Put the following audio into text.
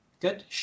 good